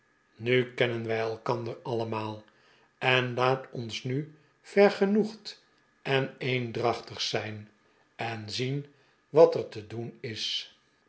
nu kennen wij elkander allemaal en laat ons nu vergenoegd en eendrachtig zijn en zien wat er te doen is